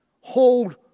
hold